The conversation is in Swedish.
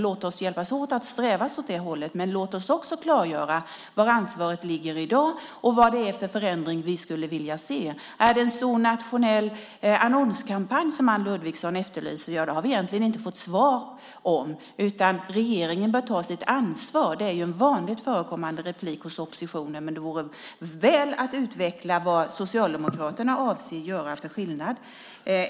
Låt oss hjälpas åt att sträva åt det hållet, men låt oss också klargöra var ansvaret ligger i dag och vad det är för förändring vi skulle vilja se. Är det en stor nationell annonskampanj som Anne Ludvigsson efterlyser? Det har vi egentligen inte fått svar på. "Regeringen bör ta sitt ansvar" är ett vanligt förekommande inlägg hos oppositionen. Men det vore bra om man utvecklade vad Socialdemokraterna avser att göra för skillnad.